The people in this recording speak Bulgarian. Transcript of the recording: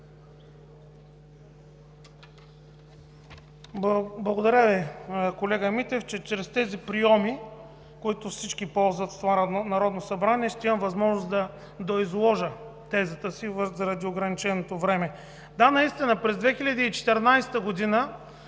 Благодаря Ви, колега Митев, че чрез тези прийоми, които всички ползват в това Народно събрание, ще имам възможност да доизложа тезата си заради ограниченото време. Да, наистина през 2014 г.